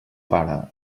pare